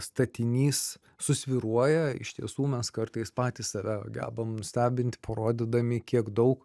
statinys susvyruoja iš tiesų mes kartais patys save gebam nustebint parodydami kiek daug